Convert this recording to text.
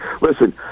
Listen